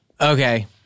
Okay